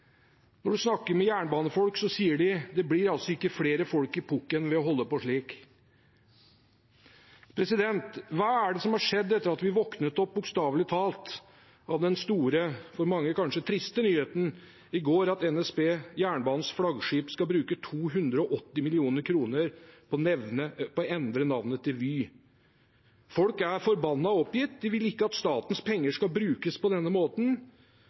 Når man snakker med jernbanefolk, sier de: Det blir ikke flere folk «i pukken» av å holde på slik. Hva er det som har skjedd etter at vi i går våknet opp, bokstavelig talt, til den store, for mange kanskje triste nyheten at NSB, jernbanens flaggskip, skal bruke 280 mill. kr på å endre navnet til Vy? Folk er forbanna og oppgitt. De vil ikke at statens penger skal brukes på denne måten.